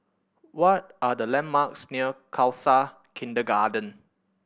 what are the landmarks near Khalsa Kindergarden